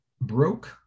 broke